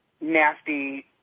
nasty